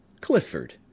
Clifford